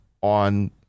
on